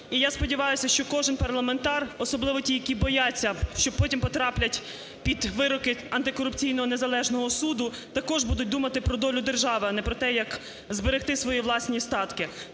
І я сподіваюся, що кожний парламентар, особливо ті, які бояться, що потім потраплять під вироки антикорупційного незалежного суду, також будуть думати про долю держави, а не про те, як зберегти свої власні статки.